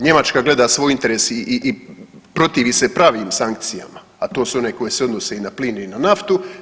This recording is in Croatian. Njemačka gleda svoj interes i protivi se pravim sankcijama, a to su one koje se odnose i na plin i na naftu.